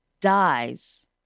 dies